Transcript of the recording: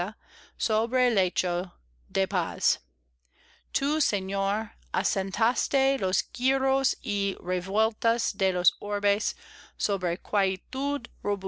de paz tú señor asentaste los giros y revueltas de los